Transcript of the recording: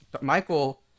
michael